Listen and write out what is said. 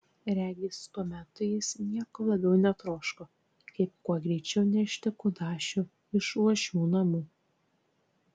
regis tuo metu jis nieko labiau netroško kaip kuo greičiau nešti kudašių iš uošvių namų